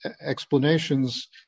explanations